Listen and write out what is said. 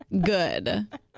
good